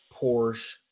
Porsche